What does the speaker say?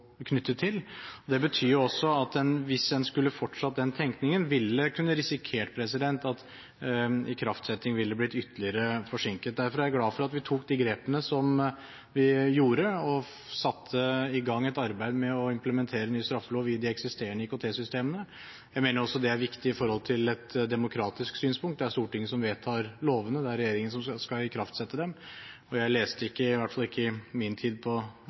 knyttet til. Det betyr at hvis en skulle fortsatt den tenkningen, ville en kunne risikere at ikraftsettingen ble ytterligere forsinket. Derfor er jeg glad for at vi tok de grepene vi gjorde, og satte i gang et arbeid med å implementere ny straffelov i de eksisterende IKT-systemene. Jeg mener det er viktig også ut fra et demokratisk synspunkt. Det er Stortinget som vedtar lovene, og det er regjeringen som skal ikraftsette dem. Jeg leste i hvert fall ikke i min tid på